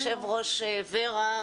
יושב ראש ור"ה,